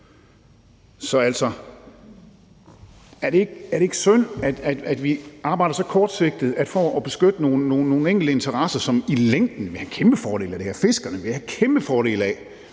Så er det ikke synd, at vi arbejder så kortsigtet for at beskytte nogle enkelte interesser, som i længden vil have en kæmpefordel af det her? Fiskerne vil have kæmpe fordele af,